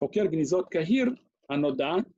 חוקר גניזות קהיר, הנודע,